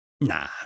nah